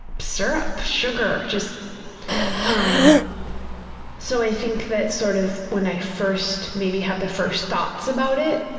syrup, sugar. just um so i think that sort of, when i first maybe had the first thoughts about it,